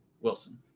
Wilson